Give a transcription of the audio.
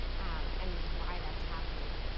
and why that's happening.